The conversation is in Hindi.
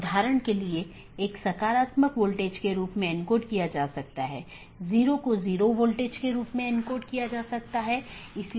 उदाहरण के लिए एक BGP डिवाइस को इस प्रकार कॉन्फ़िगर किया जा सकता है कि एक मल्टी होम एक पारगमन अधिकार के रूप में कार्य करने से इनकार कर सके